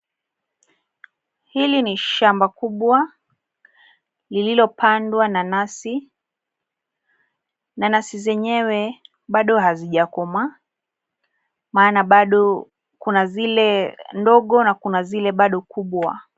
Hili ni shamba kubwa lililopandwa nanasi. Nanasi zenyewe bado hazijakomaa maana kuna zile ndogo na kuna zile bado kubwa.